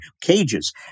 cages